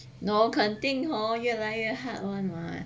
no 肯定 hor 越来越 hard one mah